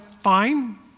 fine